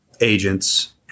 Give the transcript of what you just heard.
agents